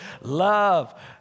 Love